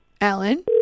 Alan